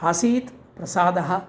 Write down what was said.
आसीत् प्रसादः